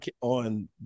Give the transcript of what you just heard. on